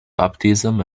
baptism